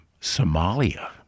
Somalia